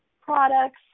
products